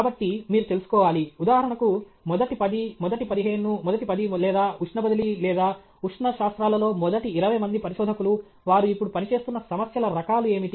కాబట్టి మీరు తెలుసుకోవాలి ఉదాహరణకు మొదటి పది మొదటి పదిహేను మొదటి పది లేదా ఉష్ణ బదిలీ లేదా ఉష్ణ శాస్త్రాలలో మొదటి ఇరవై మంది పరిశోధకులు వారు ఇప్పుడు పనిచేస్తున్న సమస్యల రకాలు ఏమిటి